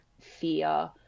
fear